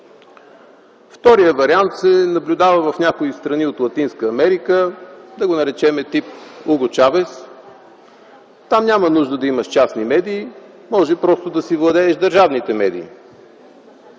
Вторият вариант се наблюдава в някои страни от Латинска Америка, да го наречем тип „Уго Чавес”. Там няма нужда да имаш частни медии, а може просто да си владееш държавните медии.